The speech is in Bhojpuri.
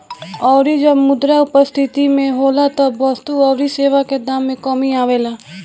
अउरी जब मुद्रा अपस्थिति में होला तब वस्तु अउरी सेवा के दाम में कमी आवेला